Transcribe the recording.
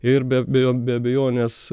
ir be be abejo be abejonės